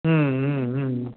हं हं हं